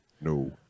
No